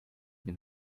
mind